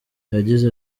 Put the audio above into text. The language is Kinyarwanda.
yagize